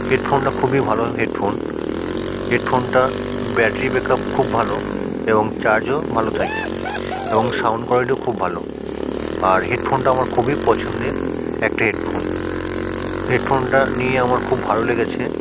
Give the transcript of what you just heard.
হেডফোনটা খুবই ভালো হেডফোন হেডফোনটার ব্যাটারি ব্যাক আপ খুব ভালো এবং চার্জও ভালো থাকে এবং সাউন্ড কোয়ালিটিও খুব ভালো আর হেডফোনটা আমার খুবই পছন্দের একটা হেডফোন হেডফোনটা নিয়ে আমার খুব ভালো লেগেছে